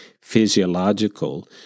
physiological